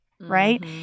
Right